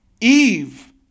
Eve